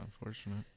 unfortunate